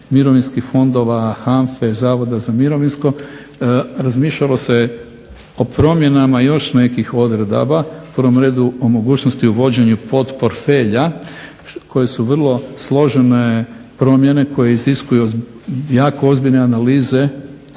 mirovinskih fondova, HANFA-e, Zavoda za mirovinsko razmišljalo se o promjenama još nekih odredaba. U prvom redu o mogućnosti uvođenju podportfelja koje su vrlo složene promjene koje iziskuju jako ozbiljne analize